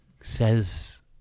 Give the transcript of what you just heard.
says